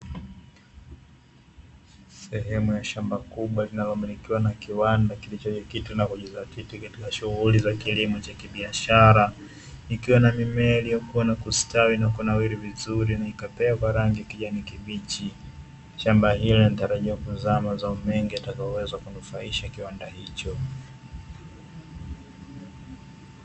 Sehemu ya shamba kubwa linalo milikiwa na kiwanda kilicho jikita na kujizatiti katika shughuli za kilimo cha kibiashara likiwa na mimea iliyo kuwa na kustawi nakunawiri vizuri nikapeva rangi ya kijani kibichi. Shamba hilo lenye kuzaa mazao mengi yatakayo weza kunufaisha kiwanda hicho.